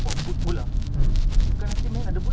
eh go okay eh go